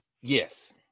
Yes